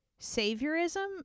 saviorism